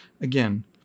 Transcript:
Again